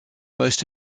most